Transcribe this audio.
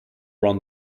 run